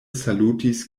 salutis